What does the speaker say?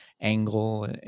angle